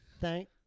Thank